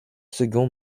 second